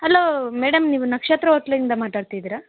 hello madam ನೀವು ನಕ್ಷತ್ರ ಹೋಟ್ಲಿಂದ ಮಾತಾಡ್ತಿದ್ದೀರಾ